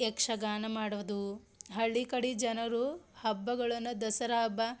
ಯಕ್ಷಗಾನ ಮಾಡೋದು ಹಳ್ಳಿ ಕಡೆ ಜನರು ಹಬ್ಬಗಳನ್ನು ದಸರಾ ಹಬ್ಬ